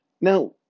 Now